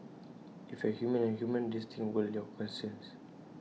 if you are humane and human these things will your conscience